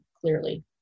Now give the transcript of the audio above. clearly